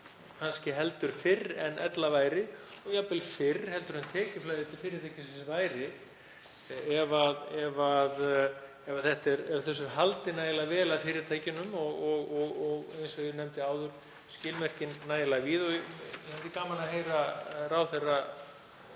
fólk heldur fyrr en ella væri og jafnvel fyrr en tekjuflæðið til fyrirtækisins hæfist ef þessu er haldið nægilega vel að fyrirtækjunum og, eins og ég nefndi áður, skilmerkin nægilega víð. Mér þætti gaman að heyra ráðherra